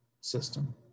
system